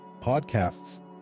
podcasts